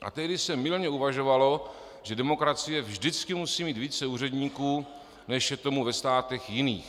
A tehdy se mylně uvažovalo, že demokracie vždycky musí mít více úředníků, než je tomu ve státech jiných.